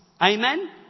Amen